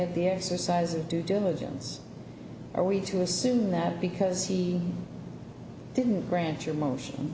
it the exercise of due diligence are we to assume that because he didn't grant your motion